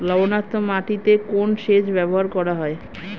লবণাক্ত মাটিতে কোন সেচ ব্যবহার করা হয়?